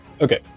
Okay